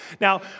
Now